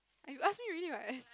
you ask me already what